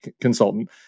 consultant